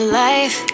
life